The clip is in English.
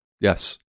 Yes